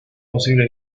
posible